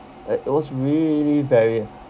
like it was really really very